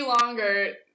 longer